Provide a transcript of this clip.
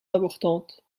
importantes